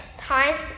times